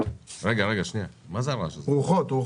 מרכיבי ביטחון ותקציב רח"ל.